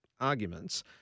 arguments